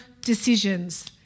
decisions